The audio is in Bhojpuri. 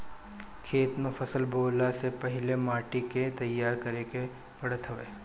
खेत में फसल बोअला से पहिले माटी के तईयार करे के पड़त हवे